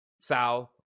south